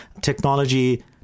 technology